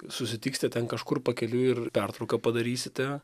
susitiksite ten kažkur pakeliui ir pertrauką padarysite